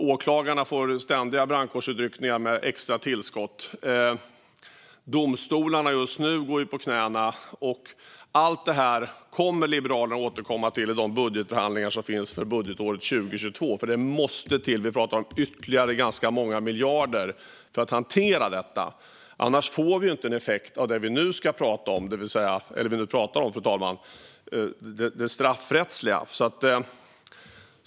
Åklagarna får ständiga brandkårsutryckningar med extra tillskott. Domstolarna går just nu på knäna. Allt detta kommer Liberalerna att återkomma till i de budgetförhandlingar som finns för budgetåret 2022. Det måste till ganska många ytterligare miljarder för att hantera det. Annars får vi inte en effekt av det som vi nu pratar om, det vill säga det straffrättsliga.